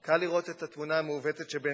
קל לראות את התמונה המעוותת שבעיני